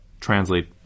translate